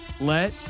Let